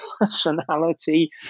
personality